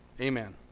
amen